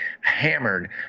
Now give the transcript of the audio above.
hammered